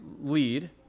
lead